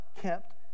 kept